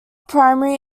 primary